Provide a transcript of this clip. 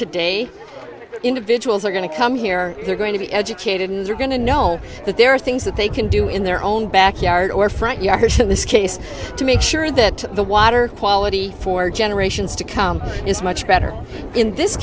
today individuals are going to come here they're going to be educated and they're going to know that there are things that they can do in their own backyard or front yard this case to make sure that the water quality for generations to come is much better in this